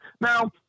Now